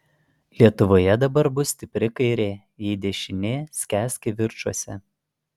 lietuvoje dabar bus stipri kairė jei dešinė skęs kivirčuose